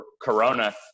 Corona